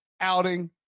outing